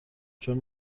چون